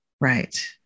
Right